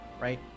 right